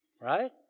Right